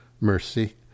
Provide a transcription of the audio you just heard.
mercy